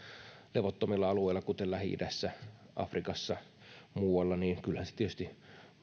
levottomilla alueilla kuten lähi idässä afrikassa ja muualla niin kyllähän se tietysti